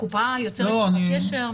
הקופה יוצרת איתך קשר,